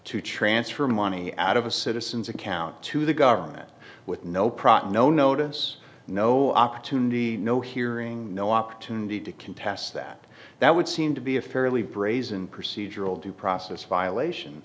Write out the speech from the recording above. to transfer money out of a citizen's account to the government with no profit no notice no opportunity no hearing no opportunity to contest that that would seem to be a fairly brazen procedural due process violation